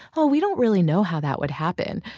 oh, we don't really know how that would happen.